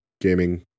gaming